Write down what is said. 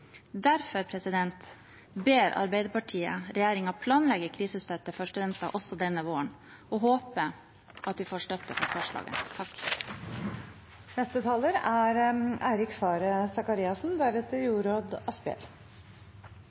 Derfor ber Arbeiderpartiet regjeringen planlegge krisestøtte for studenter også denne våren og håper vi får støtte for forslaget.